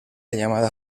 llamada